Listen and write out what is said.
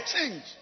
change